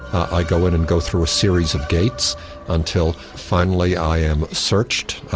i go in and go through a series of gates until finally i am searched,